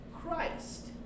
Christ